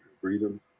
freedom